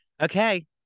okay